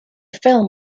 film